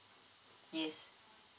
yes